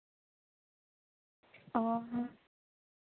ᱚ ᱦᱮᱸ